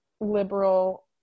liberal